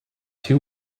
two